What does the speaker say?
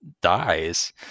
dies